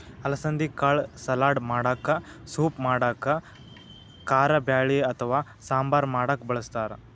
ಅಲಸಂದಿ ಕಾಳ್ ಸಲಾಡ್ ಮಾಡಕ್ಕ ಸೂಪ್ ಮಾಡಕ್ಕ್ ಕಾರಬ್ಯಾಳಿ ಅಥವಾ ಸಾಂಬಾರ್ ಮಾಡಕ್ಕ್ ಬಳಸ್ತಾರ್